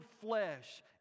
flesh